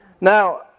Now